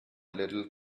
little